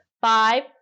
Five